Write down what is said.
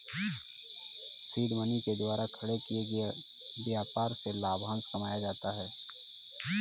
seed money के द्वारा खड़े किए गए व्यापार से लाभांश कमाया जाता है